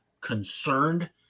concerned